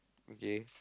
okay